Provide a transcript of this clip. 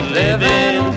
living